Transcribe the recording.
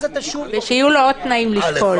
שיהיו לו עוד תנאים לשקול.